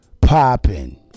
popping